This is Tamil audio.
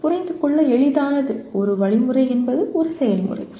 புரிந்துகொள்ள எளிதானது ஒரு வழிமுறை என்பது ஒரு செயல்முறை